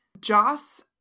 Joss